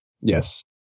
Yes